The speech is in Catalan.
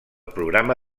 programa